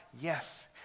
yes